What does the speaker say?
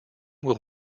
will